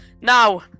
now